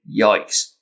yikes